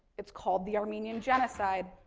it's called the armenian genocide.